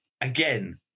again